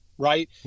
Right